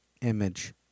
image